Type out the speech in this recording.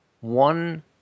one